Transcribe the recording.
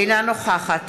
אינה נוכחת